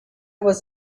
was